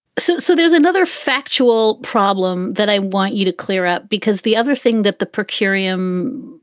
so so there's another factual problem that i want you to clear up, because the other thing that the per curiam,